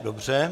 Dobře.